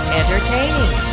entertaining